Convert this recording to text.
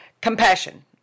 Compassion